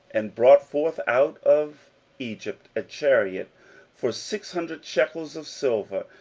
and brought forth out of egypt a chariot for six hundred shekels of silver,